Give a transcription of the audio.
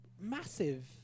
massive